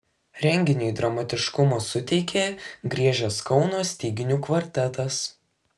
renginiui dramatiškumo suteikė griežęs kauno styginių kvartetas